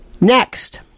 Next